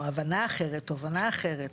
או הבנה אחרת, תובנה אחרת.